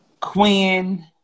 Quinn